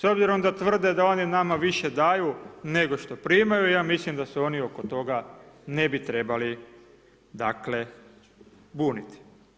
S obzirom da tvrde da oni nama više daju nego što primaju, ja mislim da se oni oko toga, ne bi trebali, dakle buniti.